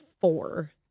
four